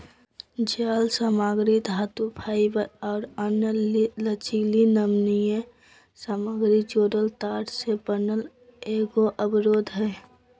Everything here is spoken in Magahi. जालसामग्री धातुफाइबर और अन्य लचीली नमनीय सामग्री जोड़ल तार से बना एगो अवरोध हइ